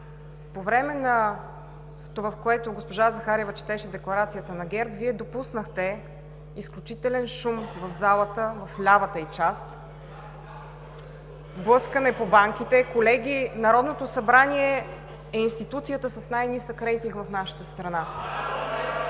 По времето, когато госпожа Захариева четеше декларацията на ГЕРБ, Вие допуснахте изключителен шум в залата, в лявата й част, блъскане по банките. Колеги, Народното събрание е институцията с най-нисък рейтинг в нашата страна.